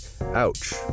ouch